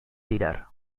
tirar